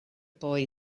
boy